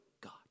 God